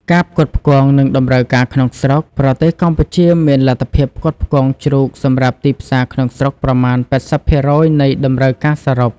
ការផ្គត់ផ្គង់ និងតម្រូវការក្នុងស្រុក ប្រទេសកម្ពុជាមានលទ្ធភាពផ្គត់ផ្គង់ជ្រូកសម្រាប់ទីផ្សារក្នុងស្រុកប្រមាណ ៨០% នៃតម្រូវការសរុប។